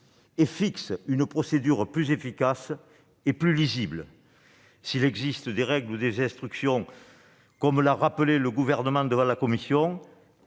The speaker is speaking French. et fixe une procédure plus efficace et plus lisible. S'il existe des règles ou des instructions, comme l'a rappelé le Gouvernement devant la commission,